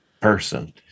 person